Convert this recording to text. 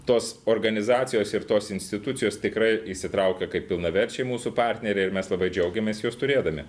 tos organizacijos ir tos institucijos tikrai įsitraukė kaip pilnaverčiai mūsų partneriai ir mes labai džiaugiamės juos turėdami